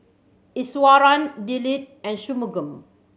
Iswaran Dilip and Shunmugam